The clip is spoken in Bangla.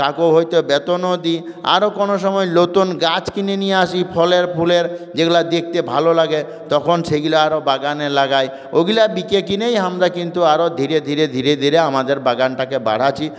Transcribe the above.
কাউকে হয়তো বেতনও দিই আরো কোনও সময় নুতন গাছ কিনে নিয়ে আসি ফলের ফুলের যেগুলো দেখতে ভালো লাগে তখন সেগুলো আরো বাগানে লাগাই ওগুলা বিকে কিনেই আমরা কিন্তু আরো ধীরে ধীরে ধীরে ধীরে আমাদের বাগানটাকে বাড়াছি